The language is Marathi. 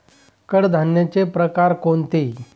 कडधान्याचे प्रकार कोणते?